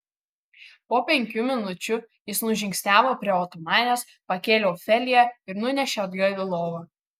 po penkių minučių jis nužingsniavo prie otomanės pakėlė ofeliją ir nunešė atgal į lovą